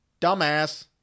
dumbass